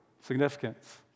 significance